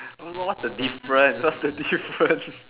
what's the difference what's the difference